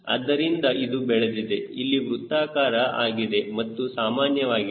ಆದ್ದರಿಂದ ಇದು ಬೆಳೆದಿದೆ ಇಲ್ಲಿ ವೃತ್ತಾಕಾರ ಆಗಿದೆ ಮತ್ತು ಸಾಮಾನ್ಯವಾಗಿದೆ